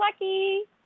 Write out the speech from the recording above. lucky